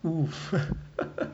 !oof!